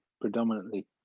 predominantly